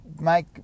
make